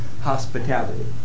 hospitality